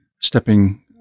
stepping